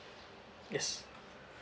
yes